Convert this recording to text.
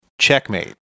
checkmate